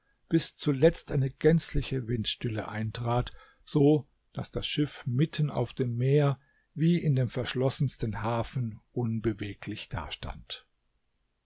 bis zuletzt eine gänzliche windstille eintrat so daß das schiff mitten auf dem meer wie in dem verschlossensten hafen unbeweglich dastand